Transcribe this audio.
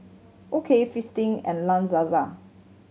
O K Fristine and La